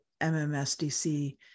MMSDC